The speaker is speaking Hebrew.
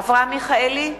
אברהם מיכאלי,